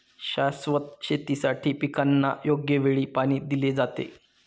शाश्वत शेतीसाठी पिकांना योग्य वेळी पाणी दिले जाते